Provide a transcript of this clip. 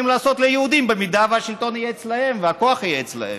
לעשות ליהודים אם השלטון יהיה אצלם והכוח יהיה אצלם,